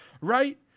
Right